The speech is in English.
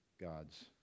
God's